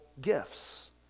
gifts